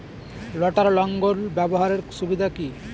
লটার লাঙ্গল ব্যবহারের সুবিধা কি?